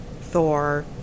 thor